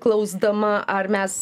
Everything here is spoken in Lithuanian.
klausdama ar mes